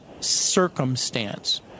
circumstance